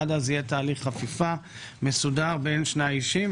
עד אז יהיה תהליך חפיפה מסודר בין שני האישים.